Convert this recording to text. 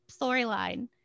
storyline